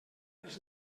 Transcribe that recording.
els